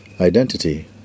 identity